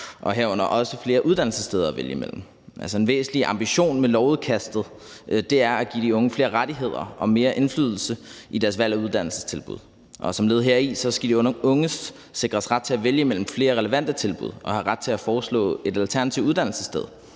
herunder også flere uddannelsessteder at vælge mellem. Altså, en væsentlig ambition med lovudkastet er at give de unge flere rettigheder og mere indflydelse i deres valg af uddannelsestilbud. Og som led heri skal de unge sikres ret til at vælge mellem flere relevante tilbud og have ret til at foreslå et alternativt uddannelsessted,